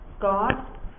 God